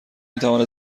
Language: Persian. میتواند